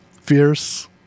fierce